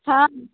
हँ